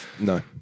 No